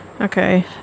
Okay